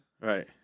Right